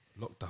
Lockdown